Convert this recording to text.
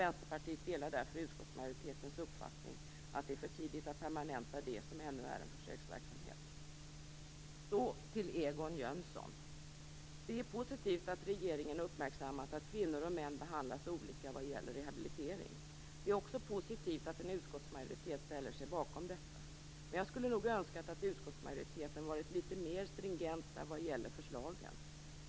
Vänsterpartiet delar därför utskottsmajoritetens uppfattning att det är för tidigt att permanenta det som ännu är en försöksverksamhet. Så till Egon Jönsson. Det är positivt att regeringen uppmärksammat att kvinnor och män behandlas olika vad gäller rehabilitering. Det är också positivt att en utskottsmajoritet ställer sig bakom detta uppmärksammande. Men jag skulle nog ha önskat att utskottsmajoriteten varit litet mer stringent vad gäller förslagen.